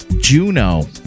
Juno